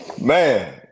Man